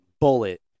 Bullet